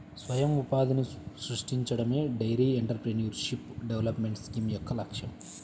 స్వయం ఉపాధిని సృష్టించడమే డెయిరీ ఎంటర్ప్రెన్యూర్షిప్ డెవలప్మెంట్ స్కీమ్ యొక్క లక్ష్యం